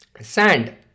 sand